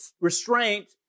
restraint